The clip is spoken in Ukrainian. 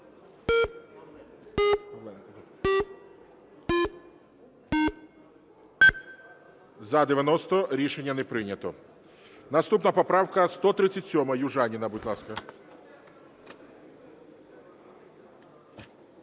За-90 Рішення не прийнято. Наступна поправка 137. Южаніна, будь ласка.